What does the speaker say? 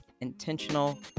intentional